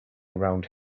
around